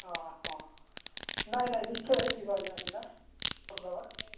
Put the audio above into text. ହଁ ହଁ ନାଇଁ ନାଇଁ ନିଶ୍ଚୟ ହେଇ ଯିବ ଅଜ୍ଞା ସେଇଟା କରି ଦେବା